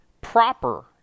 proper